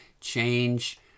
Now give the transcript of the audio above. change